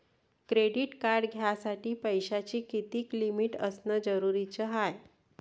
Credit card घ्यासाठी पैशाची कितीक लिमिट असनं जरुरीच हाय?